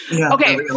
Okay